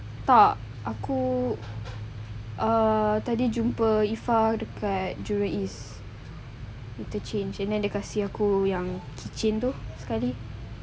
tak aku err tadi jumpa iffa dekat jurong east interchange and then dia kasih aku yang keychain tu sekali